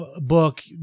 book